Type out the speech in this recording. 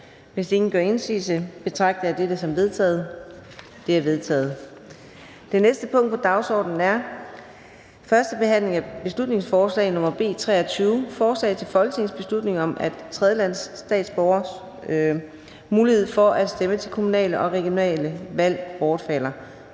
Hvis ingen gør indsigelse, betragter jeg dette som vedtaget. Det er vedtaget. --- Det næste punkt på dagsordenen er: 23) 1. behandling af beslutningsforslag nr. B 23: Forslag til folketingsbeslutning om, at tredjelandsstatsborgeres mulighed for at stemme til kommunale og regionale valg bortfalder.